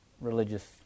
religious